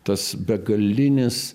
tas begalinis